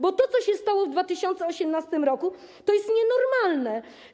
Bo to, co się stało w 2018 r., to jest nienormalne.